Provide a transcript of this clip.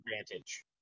advantage